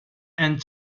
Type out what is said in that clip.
and